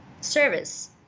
service